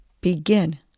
Begin